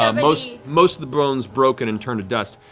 um most most of the bones broken and turned to dust.